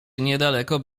niedaleko